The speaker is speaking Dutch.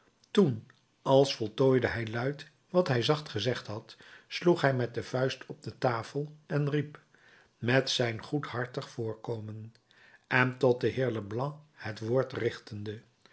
toen als voltooide hij luid wat hij zacht gezegd had sloeg hij met de vuist op de tafel en riep met zijn goedhartig voorkomen en tot den heer leblanc het woord richtende